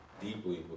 deeply